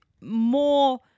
more